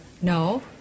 No